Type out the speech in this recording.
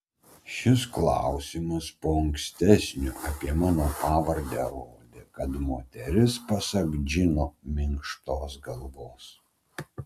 šis klausimas po ankstesnio apie mano pavardę rodė kad moteris pasak džino minkštos galvos